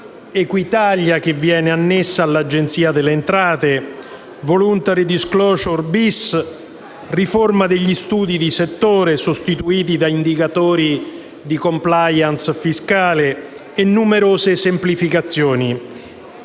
Equitalia che viene annessa all'Agenzia delle entrate, la *voluntary disclosure* *bis*, la riforma degli studi di settore (sostituiti da indicatori di *compliance* fiscale) e numerose semplificazioni.